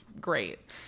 great